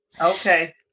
Okay